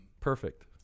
perfect